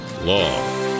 law